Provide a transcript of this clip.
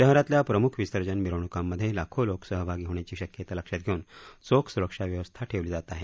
शहरातल्या प्रमुख विसर्जन मिरवणुकांमध्ये लाखो लोक सहभागी होण्याची शक्यता लक्षात घेऊन चोख सुरक्षा व्यवस्था ठेवली आहे